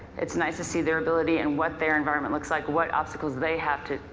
it's nice to see their ability and what their environment looks like, what obstacles they have to,